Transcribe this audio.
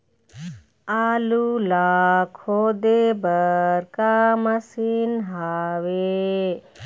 आलू ला खोदे बर का मशीन हावे?